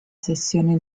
sessione